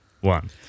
one